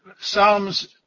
Psalms